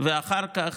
ואחר כך,